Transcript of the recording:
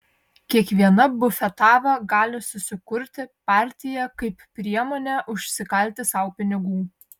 kiekviena bufetava gali susikurti partiją kaip priemonę užsikalti sau pinigų